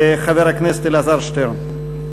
חבר הכנסת אלעזר שטרן.